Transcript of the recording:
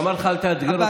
ביטון, למה לך לאתגר אותו?